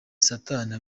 satani